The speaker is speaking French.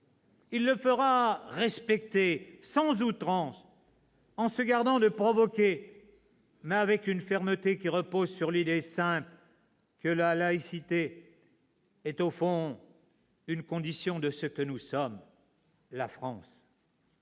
Il le fera respecter sans outrance, en se gardant de provoquer, mais avec une fermeté qui repose sur l'idée simple que la laïcité est, au fond, une condition de ce que nous sommes : la France.